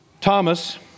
Thomas